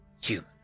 human